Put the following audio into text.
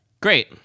great